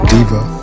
Diva